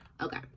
okay